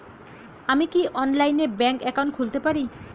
আমি কি অনলাইনে ব্যাংক একাউন্ট খুলতে পারি?